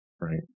right